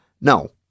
No